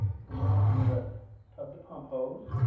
you can now view that tub-to-pump hose.